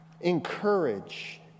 encourage